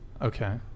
okay